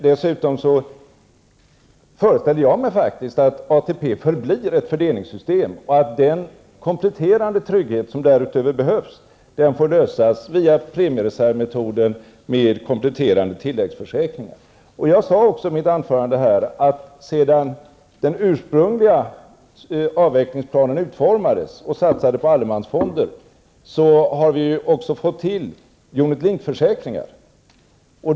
Dessutom föreställer jag mig faktiskt att ATP förblir ett fördelningssystem och att den kompletterande trygghet som därutöver behövs får lösas via premiereservmetoden, med kompletterande tilläggsförsäkringar. Jag sade också i mitt tidigare anförande att sedan den ursprungliga avvecklingsplanen utformades och man satsade på allemansfonder har vi också fått unit link-försäkringar.